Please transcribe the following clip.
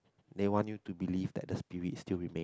they want you to believe that the spirit still remain